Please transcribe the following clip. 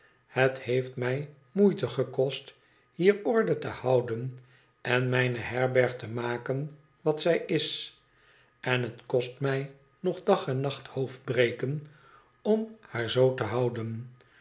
het heeft mij moeite gekost hier orde te houden en mijne herberg te maken wat zij is en het kost mij nog dag en nacht hoofdbreken om haar zoo te houden